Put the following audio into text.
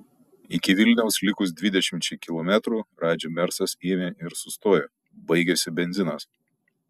iki vilniaus likus dvidešimčiai kilometrų radži mersas ėmė ir sustojo baigėsi benzinas